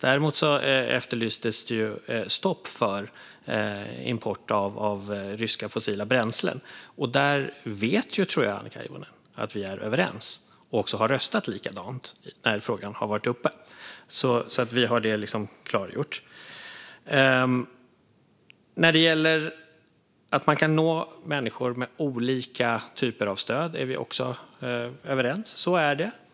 Däremot efterlystes stopp för import av ryska fossila bränslen. Det tror jag att Annika Hirvonen vet att vi är överens om, och vi har röstat likadant när frågan har varit uppe - bara så att det är klargjort. När det gäller att man kan nå människor med olika typer av stöd är vi också överens. Så är det.